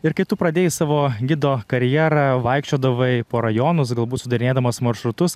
ir kai tu pradėjai savo gido karjerą vaikščiodavai po rajonus galbūt sudarinėdamas maršrutus